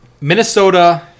Minnesota